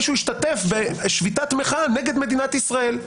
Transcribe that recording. שהוא השתתף בשביתת מחאה נגד מדינת ישראל.